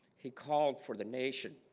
he called for the nation